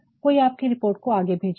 कोई आपकी रिपोर्ट आगे भेजेगा